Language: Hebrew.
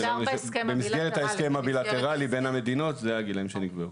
במסגרת ההסכם הבילטראלי בין המדינות זה הגילאים שנקבעו,